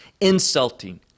insulting